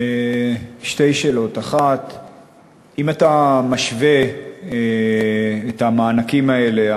שתי שאלות: 1. אם אתה משווה את המענקים האלה,